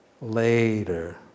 Later